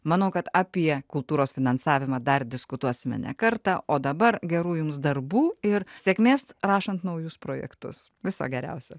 manau kad apie kultūros finansavimą dar diskutuosime ne kartą o dabar gerų jums darbų ir sėkmės rašant naujus projektus viso geriausio